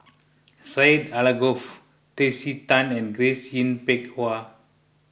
Syed Alsagoff Tracey Tan and Grace Yin Peck Ha